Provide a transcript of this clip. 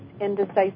indecisive